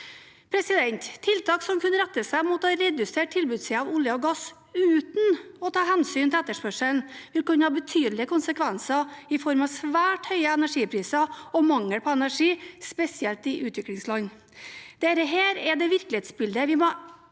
gass. Tiltak som kun retter seg mot å redusere tilbudssiden av olje og gass uten å ta hensyn til etterspørselen, vil kunne ha betydelige konsekvenser i form av svært høye energipriser og mangel på energi, spesielt i utviklingsland. Dette er det virkelighetsbildet vi må